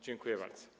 Dziękuję bardzo.